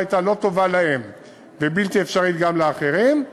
הייתה טובה להם ובלתי אפשרית גם לאחרים,